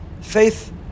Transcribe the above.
Faith